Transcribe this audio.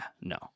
no